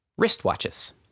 wristwatches